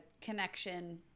connection